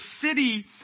city